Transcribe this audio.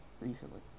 recently